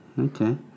Okay